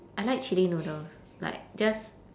I like chilli noodles like just